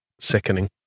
sickening